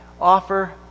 offer